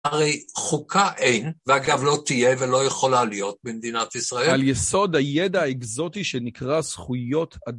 הרי חוקה אין, ואגב לא תהיה ולא יכולה להיות במדינת ישראל. על יסוד הידע האקזוטי שנקרא זכויות...